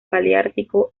paleártico